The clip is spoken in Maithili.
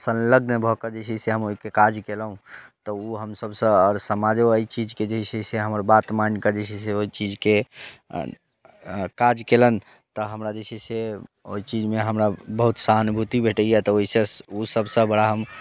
संलग्न भऽ कऽ जे छै से हम ओहिके काज केलहुँ तऽ ओ हम सभसँ आओर समाजो एहि चीजकेँ जे छै से हमर बात मानि कऽ जे छै से ओहि चीजके काज कयलनि तऽ हमरा जे छै से ओहि चीजमे हमरा बहुत सहानुभूति भेटैए तऽ ओहिसँ ओ सभसँ बड़ा हम